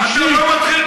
אישית,